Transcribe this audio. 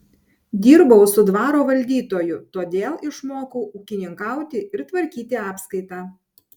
dirbau su dvaro valdytoju todėl išmokau ūkininkauti ir tvarkyti apskaitą